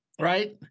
right